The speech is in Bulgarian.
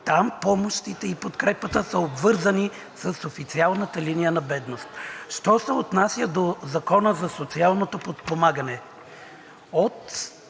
там помощите и подкрепата са обвързани с официалната линия на бедност. Що се отнася до Закона за социалното подпомагане. От